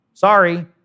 sorry